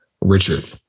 Richard